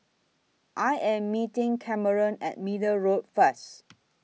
I Am meeting Cameron At Middle Road First